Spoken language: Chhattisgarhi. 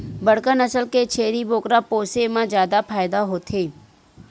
बड़का नसल के छेरी बोकरा पोसे म जादा फायदा होथे